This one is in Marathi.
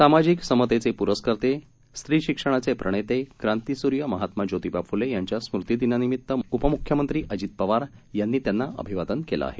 सामाजिक समतेचे प्रस्कर्ते स्त्री शिक्षणाचे प्रणेते क्रांतीसूर्य महात्मा ज्योतीबा फ्ले यांच्या स्मृतीदिनानिमित्त उपमुख्यमंत्री अजित पवार यांनी त्यांना अभिवादन केलं आहे